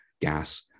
gas